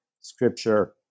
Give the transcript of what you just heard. scripture